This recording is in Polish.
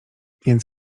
więc